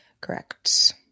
Correct